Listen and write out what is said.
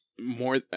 more